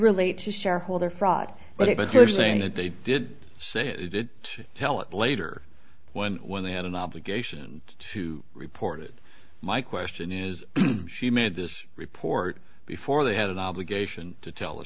relate to shareholder fraud but you're saying that they did say it tell it later when when they had an obligation to report it my question is she made this report before they had an obligation to tell